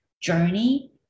journey